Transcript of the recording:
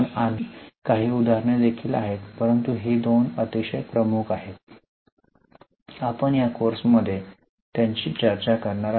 आणखी काही उदाहरणे देखील आहेत परंतु ही दोन अतिशय प्रमुख आहेत आपण या कोर्समध्ये त्यांची चर्चा करणार आहोत